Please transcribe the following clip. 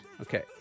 Okay